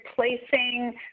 replacing